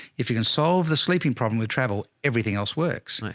if you can solve the sleeping problem with travel, everything else works. right.